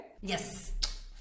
Yes